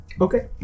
Okay